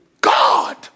God